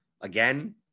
again